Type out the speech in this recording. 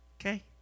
okay